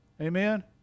Amen